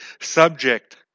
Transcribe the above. subject